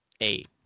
eight